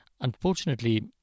Unfortunately